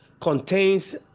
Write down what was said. contains